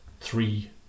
three